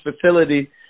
facility